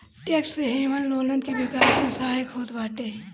tax haven लोगन के विकास में सहायक होत बाटे